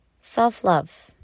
self-love